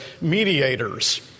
mediators